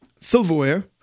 silverware